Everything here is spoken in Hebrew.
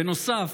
בנוסף,